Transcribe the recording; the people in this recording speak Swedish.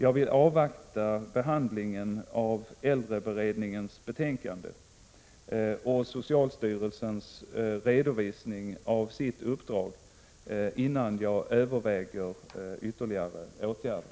Jag vill avvakta behandlingen av äldreberedningens betänkande och socialstyrelsens redovisning av sitt uppdrag innan jag överväger ytterligare åtgärder.